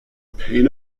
pain